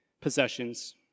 possessions